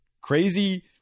crazy